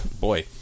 boy